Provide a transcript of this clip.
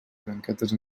branquetes